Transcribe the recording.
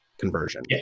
conversion